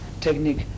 technique